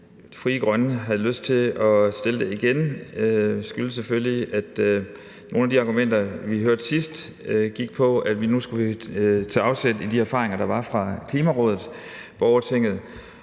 at Frie Grønne havde lyst til at fremsætte forslaget igen, var selvfølgelig, at nogle af de argumenter, vi hørte sidst, gik på, at nu skulle vi tage afsæt i de erfaringer, der var fra klimaborgertinget.